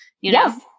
Yes